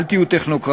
אל תהיו טכנוקרטים,